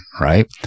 Right